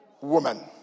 woman